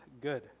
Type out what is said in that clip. good